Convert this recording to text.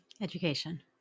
Education